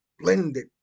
splendid